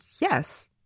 yes